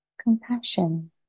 compassion